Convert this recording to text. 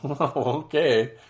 okay